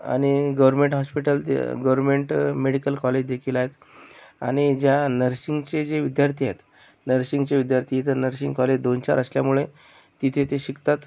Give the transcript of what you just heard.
आणि government hospital जे government medical कॉलेजदेखील आहेत आणि ज्या नर्शिंगचे जे विद्यार्थी आहेत नर्शिंगचे विद्यार्थी जर नर्शिंग कॉलेज दोन चार असल्यामुळे तिथे ते शिकतात